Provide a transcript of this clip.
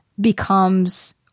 becomes